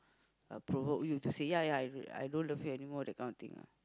uh provoke you to say ya ya I don't love you anymore that kind of thing ah